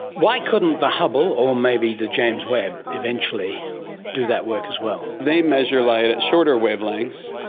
why couldn't the hubble or maybe the james webb eventually do that work as well? they measure light at shorter wavelengths,